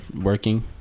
working